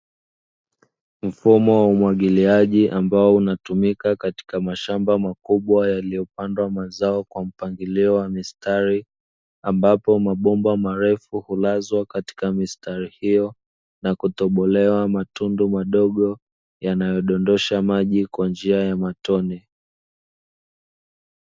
Mfumo wa umwagiliaji ambao unatumika katika mashamba makubwa yaliyopandwa mazao kwa mpangilio wa mistari, ambapo mabomba marefu hulazwa katika mistari hiyo na kutobolewa matundu madogo yanayodondosha maji kwa njia ya matone.